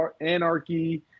anarchy